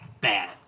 bad